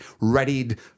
readied